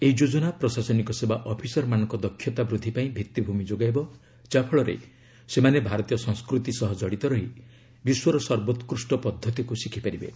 ଏହି ଯୋଜନା ପ୍ରଶାସନିକ ସେବା ଅଫିସରମାନଙ୍କ ଦକ୍ଷତା ବୃଦ୍ଧି ପାଇଁ ଭିଭିଭୂମି ଯୋଗାଇବ ଯା ଫଳରେ ସେମାନେ ଭାରତୀୟ ସଂସ୍କୃତି ସହ ଜଡ଼ିତ ରହି ବିଶ୍ୱର ସର୍ବକୁଷ୍ଟ ପଦ୍ଧତିକୁ ଶିଖି ପାରିବେ